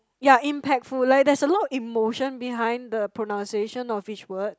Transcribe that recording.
ya impactful like there's a lot of emotion behind the pronounciation of each word